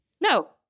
No